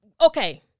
Okay